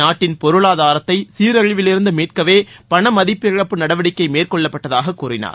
நாட்டின் பொருளாதாரத்தை சீரழிவிலிருந்து மீட்கவே பணமதிப்பிழப்பு நடவடிக்கை மேற்கொள்ளப்பட்டதாக கூறினார்